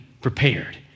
prepared